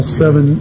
seven